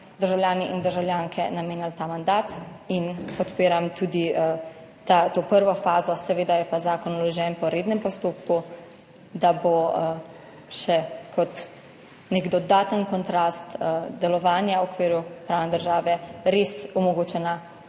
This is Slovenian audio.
državljani in državljanke namenjali ta mandat. Podpiram tudi to prvo fazo, seveda je pa zakon vložen po rednem postopku, da bo še kot nek dodaten kontrast delovanja v okviru pravne države res omogočena